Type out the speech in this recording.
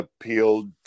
appealed